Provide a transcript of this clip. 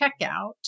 checkout